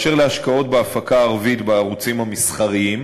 באשר להשקעות בהפקה ערבית בערוצים המסחריים,